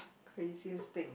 craziest thing